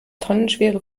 tonnenschwere